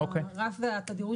הרף ותדירות